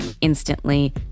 instantly